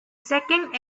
second